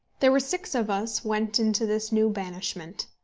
there were six of us went into this new banishment.